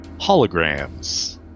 holograms